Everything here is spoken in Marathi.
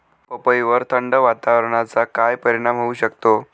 पपईवर थंड वातावरणाचा काय परिणाम होऊ शकतो?